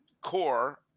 core